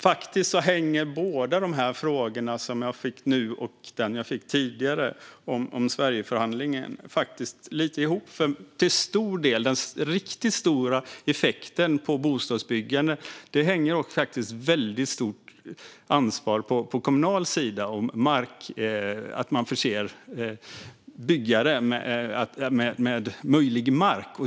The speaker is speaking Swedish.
Faktiskt hänger den fråga som jag fick nu och den som jag fick tidigare om Sverigeförhandlingen lite grann ihop. Den riktigt stora effekten på bostadsbyggande hänger på att den kommunala sidan förser byggare med möjlig mark.